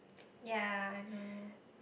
yea I know right